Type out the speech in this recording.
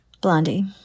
Blondie